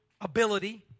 ability